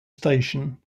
station